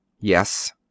yes